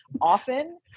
often